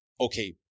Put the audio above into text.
Okay